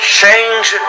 change